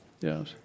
Yes